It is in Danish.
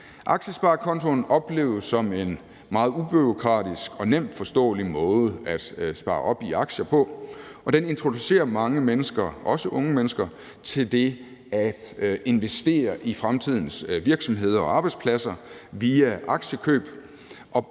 Aktiesparekontoen opleves som en meget ubureaukratisk og nemt forståelig måde at spare op i aktier på, og den introducerer mange mennesker, også unge mennesker, til det at investere i fremtidens virksomheder og arbejdspladser via aktiekøb